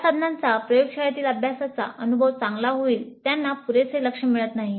ज्या साधनांचा प्रयोगशाळेतील अभ्यासाचा अनुभव चांगला होईल त्यांना पुरेसे लक्ष मिळत नाही